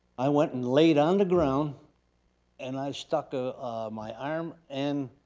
i went and laid on the ground and i stuck ah my arm and